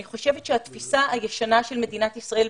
אני חושבת שהתפיסה הישנה של מדינת ישראל,